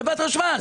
את חברת החשמל?